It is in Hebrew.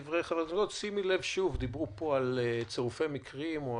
שימי לב, שדיברו פה על צירופי מקרים.